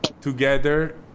together